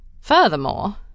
Furthermore